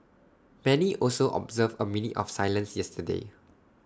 many also observed A minute of silence yesterday